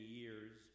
years